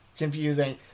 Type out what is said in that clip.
confusing